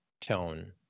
tone